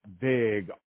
big